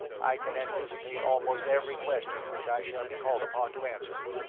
i can anticipate almost every question which i shall be called upon to answer.